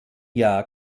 jahr